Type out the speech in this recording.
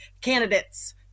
candidates